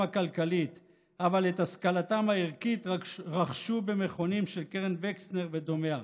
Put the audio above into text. הכלכלית אבל את השכלתם הערכית רכשו במכונים של קרן וקסנר ודומיה.